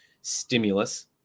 stimulus